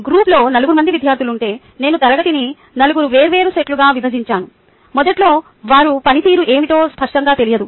గ్రూప్లో 4 మంది విద్యార్థులు ఉంటే నేను తరగతిని 4 వేర్వేరు సెట్లుగా విభజించాను మొదట్లో వారి పనితీరు ఏమిటో స్పష్టంగా తెలియదు